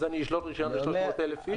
אז אני אשלול רישיון ל-1,300 איש?